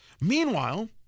Meanwhile